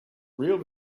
real